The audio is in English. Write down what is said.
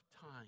time